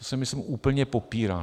To se myslím úplně popírá.